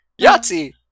Yahtzee